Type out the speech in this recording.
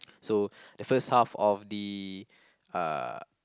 so the first half of the uh